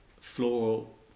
floral